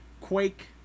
Quake